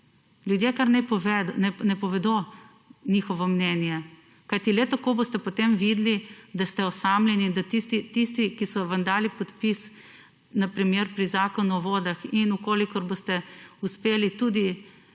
Ljudje kar naj povedo njihovo mnenje, kajti le tako boste potem videli, da ste osamljeni, in da tisti, ki so vam dali podpis, na primer pri Zakonu o vodah in v kolikor boste uspeli tudi